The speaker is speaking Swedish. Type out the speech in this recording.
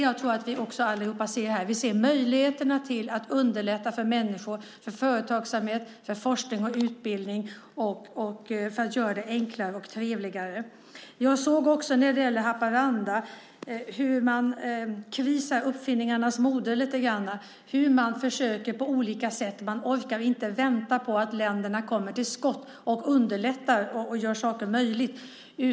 Jag tror att vi alla ser möjligheterna att underlätta för människor, företagsamhet, forskning och utbildning och att göra det enklare och trevligare. Jag såg också när det gällde Haparanda att kris är uppfinningarnas moder. Man försöker på olika sätt. Man orkar inte vänta på att länderna kommer till skott och underlättar och gör saker möjliga.